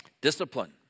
Discipline